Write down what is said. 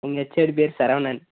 எங்கள் ஹெச்சோடி பேர் சரவணன்